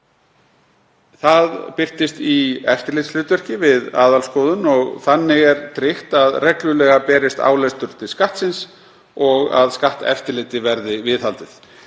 Það birtist í eftirlitshlutverki við aðalskoðun og þannig er tryggt að reglulega berist álestur til Skattsins og að skatteftirliti verði viðhaldið.